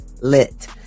Lit